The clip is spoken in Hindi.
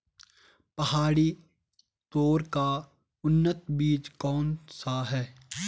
पहाड़ी तोर का उन्नत बीज कौन सा है?